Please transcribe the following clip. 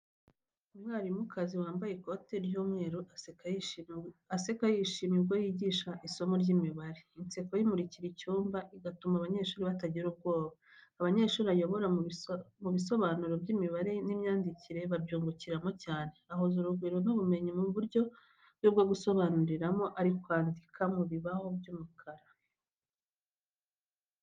Umwarimukazi wambaye ikoti ry'umweru aseka yishimye ubwo yigisha isomo ry'imibare. Inseko ye imurikira icyumba, igatuma abanyeshuri batagira ubwoba. Abanyeshuri ayobora mu bisobanuro by’imibare n’imyandikire babyungukiramo cyane, ahuza urugwiro n’ubumenyi mu buryo bwe bwo gusobanuram, ari kwandika ku kibaho cy'umukara.